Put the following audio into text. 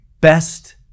Best